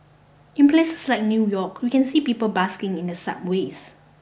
in places like New York we can see people busking in the subways